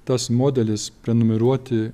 tas modelis prenumeruoti